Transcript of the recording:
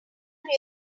real